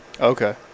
Okay